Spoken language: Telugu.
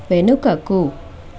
వెనుకకు